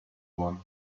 one